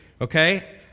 Okay